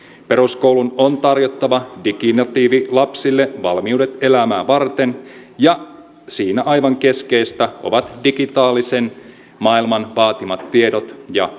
peruskoulun on tarjottava diginatiivilapsille valmiudet elämää varten ja siinä aivan keskeistä ovat digitaalisen maailman vaatimat tiedot ja taidot